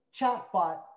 chatbot